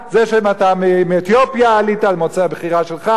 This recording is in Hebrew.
זה שאתה מאתיופיה עלית זה בחירה שלך.